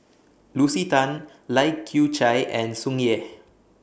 Lucy Tan Lai Kew Chai and Tsung Yeh